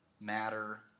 matter